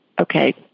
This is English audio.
Okay